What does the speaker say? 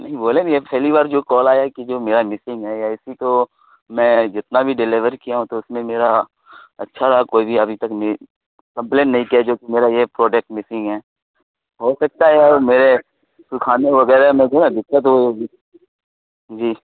نہیں بولے بھی اب پہلی بار جو کال آیا کہ جو میرا مسنگ ہے یا ایسی تو میں جتنا بھی ڈلیور کیا ہوں تو اس میں میرا اچھا رہا کوئی بھی ابھی تک کمپلین نہیں کیا جو کہ میرا یہ پروڈکٹ مسنگ ہے ہو سکتا ہے اور میرے سکھانے وغیرہ میں جو نا دقت ہو گئی ہوگی جی